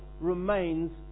remains